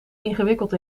ingewikkeld